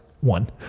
One